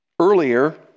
Earlier